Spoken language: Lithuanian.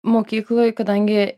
mokykloj kadangi